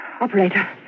Operator